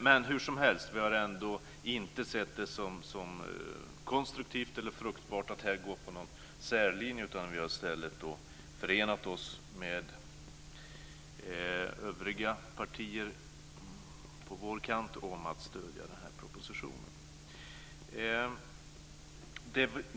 Men hur som helst: Vi har inte sett det som konstruktivt eller fruktbart att här gå på någon särlinje, utan vi har i stället förenat oss med övriga partier på vår kant om att stödja propositionen.